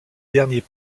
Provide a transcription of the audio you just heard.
derniers